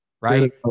right